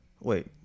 Wait